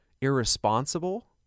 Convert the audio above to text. irresponsible